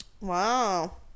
Wow